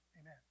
Amen